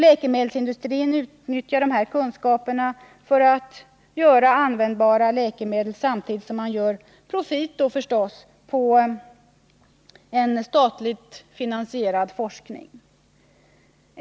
Läkemedelsindustrin utnyttjar dessa kunskaper för att skapa användbara läkemedel, samtidigt som man gör profit på statligt finansierad forskning.